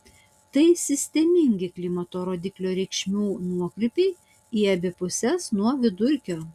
tai sistemingi klimato rodiklio reikšmių nuokrypiai į abi puses nuo vidurkio